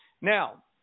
Now